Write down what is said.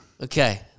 Okay